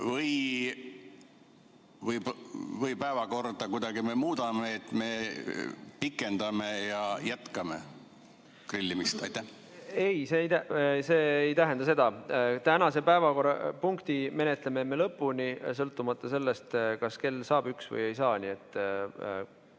me päevakorda kuidagi muudame, [tööaega] pikendame ja jätkame grillimist? Ei, see ei tähenda seda. Tänase päevakorrapunkti menetleme me lõpuni, sõltumata sellest, kas kell saab üks või ei saa.